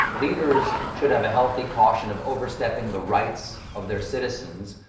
leaders should have a healthy caution of overstepping the rights of their citizens,